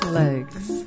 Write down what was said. legs